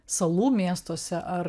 salų miestuose ar